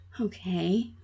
okay